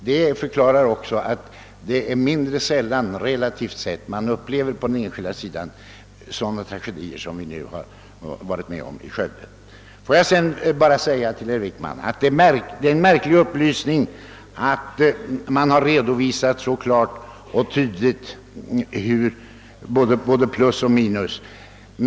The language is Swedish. Detta förklarar också att det relativt sett är mindre sällan som man inom den enskilda sektorn upplever sådana tragedier som vi nu har varit med om i Skövde. Får jag slutligen säga till herr Wickman att det är en märklig upplysning, att man har redovisat så klart och tydligt både plus och minus.